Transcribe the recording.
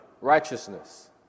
righteousness